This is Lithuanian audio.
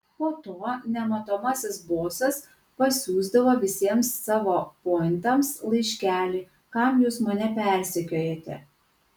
po to nematomasis bosas pasiųsdavo visiems savo pointams laiškelį kam jūs mane persekiojate